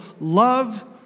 love